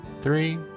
three